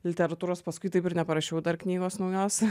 literatūros paskui taip ir neparašiau dar knygos naujos